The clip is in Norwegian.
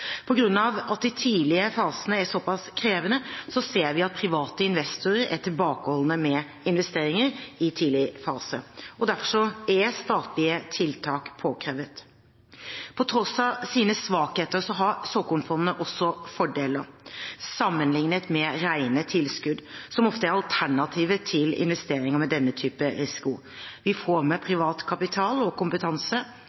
av at de tidlige fasene er såpass krevende, ser vi at private investorer er tilbakeholdne med investeringer i tidlig fase. Derfor er statlige tiltak påkrevet. Til tross for sine svakheter har såkornfondene også fordeler sammenlignet med rene tilskudd, som ofte er alternativet til investeringer med denne type risiko. Vi får med